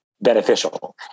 Beneficial